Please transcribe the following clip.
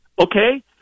Okay